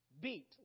beat